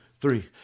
three